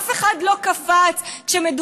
אף אחד לא קפץ כשמדובר,